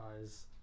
eyes